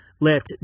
Let